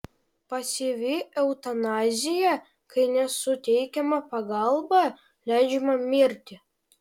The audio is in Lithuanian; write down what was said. pasyvi eutanazija kai nesuteikiama pagalba leidžiama mirti